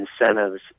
incentives